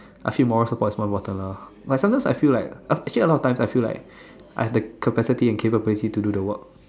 I think moral support is more important lah but sometimes I feel like actually a lot of times I feel like I have the capacity and capability to do the work